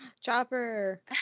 Chopper